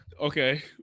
Okay